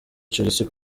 chelsea